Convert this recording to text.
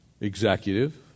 executive